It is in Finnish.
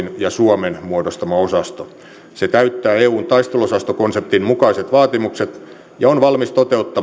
ja suomen muodostama osasto se täyttää eun taisteluosastokonseptin mukaiset vaatimukset ja on valmis toteuttamaan mahdolliset kriisinhallintatehtävät